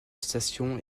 station